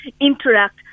interact